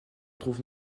trouve